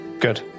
good